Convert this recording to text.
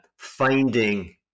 Finding